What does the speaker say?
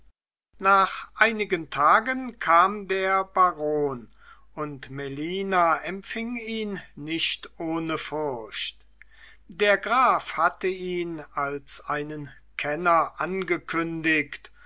nach einigen tagen kam der baron und melina empfing ihn nicht ohne furcht der graf hatte ihn als einen kenner angekündigt